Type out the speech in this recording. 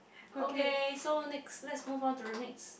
okay so next let's move on to the next